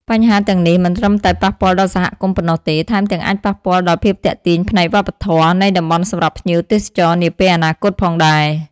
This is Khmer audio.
បញ្ហាទាំងនេះមិនត្រឹមតែប៉ះពាល់ដល់សហគមន៍ប៉ុណ្ណោះទេ ថែមទាំងអាចប៉ះពាល់ដល់ភាពទាក់ទាញផ្នែកវប្បធម៌នៃតំបន់សម្រាប់ភ្ញៀវទេសចរនាពេលអនាគតផងដែរ។